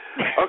Okay